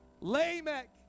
Lamech